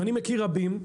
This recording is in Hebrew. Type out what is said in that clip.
אני מכיר רבים,